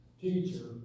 Teacher